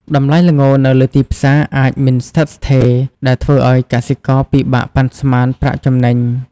តម្លៃល្ងនៅលើទីផ្សារអាចមិនស្ថិតស្ថេរ ដែលធ្វើឱ្យកសិករពិបាកប៉ាន់ស្មានប្រាក់ចំណេញ។